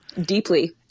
deeply